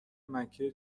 مکه